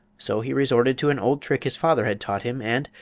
so he resorted to an old trick his father had taught him and,